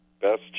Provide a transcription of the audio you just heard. Best